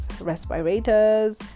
respirators